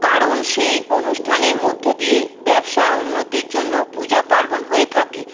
কারণ সেই অনুষ্ঠানের মধ্যে দিয়ে ব্যবসার উন্নতির জন্য পূজা পার্বণ হয়ে থাকে